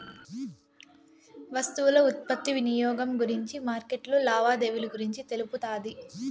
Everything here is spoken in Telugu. వస్తువుల ఉత్పత్తి వినియోగం గురించి మార్కెట్లో లావాదేవీలు గురించి తెలుపుతాది